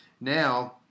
Now